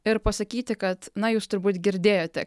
ir pasakyti kad na jūs turbūt girdėjote